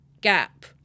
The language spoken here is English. gap